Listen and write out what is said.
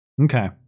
Okay